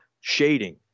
shading